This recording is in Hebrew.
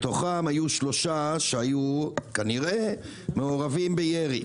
מתוכם היו 3 שהיו, כנראה, מעורבים בירי.